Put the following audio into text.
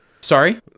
Sorry